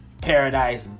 Paradise